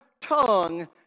tongue